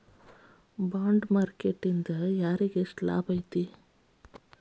Bond market ನಿಂದಾ ಯಾರಿಗ್ಯೆಷ್ಟ್ ಲಾಭೈತಿ?